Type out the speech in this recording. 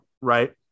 Right